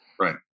right